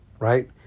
Right